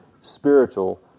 spiritual